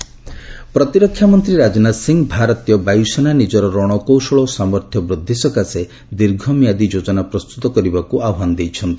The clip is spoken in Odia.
ଡିଫେନ୍ସ ମିନିଷ୍ଟର ପ୍ରତିରକ୍ଷା ମନ୍ତ୍ରୀ ରାଜନାଥ ସିଂହ ଭାରତୀୟ ବାୟୁସେନା ନିଜର ରଣକୌଶଳ ଓ ସାମର୍ଥ୍ୟ ବୃଦ୍ଧି ସକାଶେ ଦୀର୍ଘ ମିଆଦି ଯୋଜନା ପ୍ରସ୍ତୁତ କରିବାକୁ ଆହ୍ୱାନ କରିଛନ୍ତି